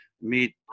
meet